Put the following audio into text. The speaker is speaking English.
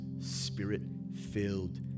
spirit-filled